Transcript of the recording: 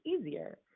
easier